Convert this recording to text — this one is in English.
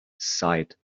sighed